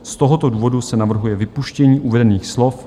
Z tohoto důvodu se navrhuje vypuštění uvedených slov.